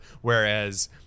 Whereas